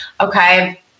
okay